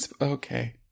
Okay